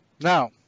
Now